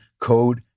code